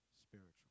spiritual